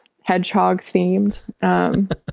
hedgehog-themed